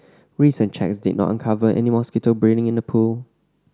recent checks did not uncover any mosquito breeding in the pool